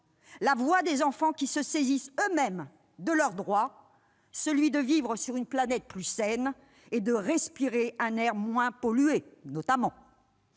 la voix d'enfants qui se saisissent eux-mêmes de leur droit à vivre sur une planète plus saine et à respirer un air moins pollué. Quelle